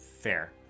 fair